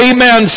Amen